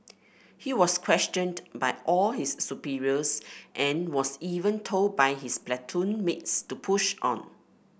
he was questioned by all his superiors and was even told by his platoon mates to push on